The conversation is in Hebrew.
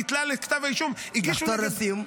ביטלה לכתב האישום -- לחתור לסיום.